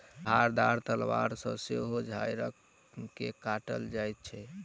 धारदार तलवार सॅ सेहो झाइड़ के काटल जाइत छै